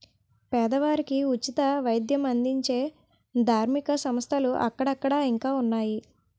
పేదవారికి ఉచిత వైద్యం అందించే ధార్మిక సంస్థలు అక్కడక్కడ ఇంకా ఉన్నాయి